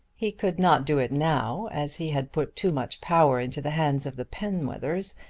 he could not do it now as he had put too much power into the hands of the penwethers,